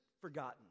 forgotten